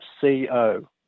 C-O